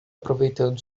aproveitando